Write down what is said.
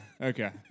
Okay